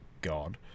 God